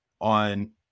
on